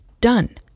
Done